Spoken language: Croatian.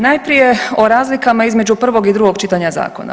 Najprije o razlikama između prvog i drugog čitanja zakona.